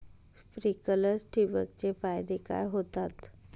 Sprinklers ठिबक चे फायदे काय होतात?